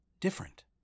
Different